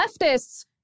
leftists